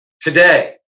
Today